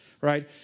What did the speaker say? right